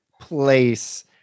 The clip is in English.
place